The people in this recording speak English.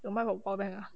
有卖 for power bank ah